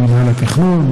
ממינהל התכנון,